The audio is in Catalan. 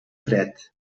fred